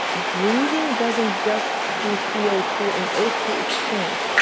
breathing doesn't just do c o two and o two exchange,